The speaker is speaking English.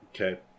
Okay